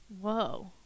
Whoa